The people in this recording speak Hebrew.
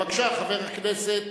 בבקשה, חבר הכנסת